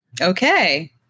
Okay